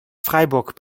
freiburg